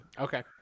Okay